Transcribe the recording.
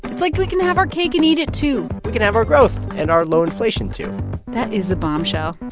it's like we can have our cake and eat it, too we can have our growth and our low inflation, too that is a bombshell